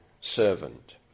servant